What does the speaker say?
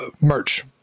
merch